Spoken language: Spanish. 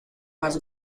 más